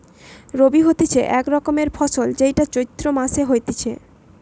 রবি হতিছে এক রকমের ফসল যেইটা চৈত্র মাসে হতিছে